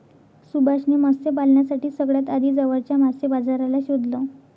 सुभाष ने मत्स्य पालनासाठी सगळ्यात आधी जवळच्या मासे बाजाराला शोधलं